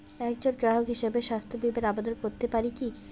একজন গ্রাহক হিসাবে স্বাস্থ্য বিমার আবেদন করতে পারি কি?